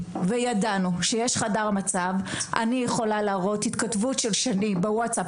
וידענו שיש חדר מצב אני יכולה להראות התכתבות שלה בוואטסאפ,